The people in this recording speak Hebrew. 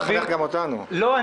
אבי --- אל תחנך גם אותנו.